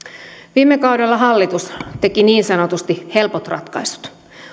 viime kaudella hallitus teki niin sanotusti helpot ratkaisut